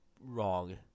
wrong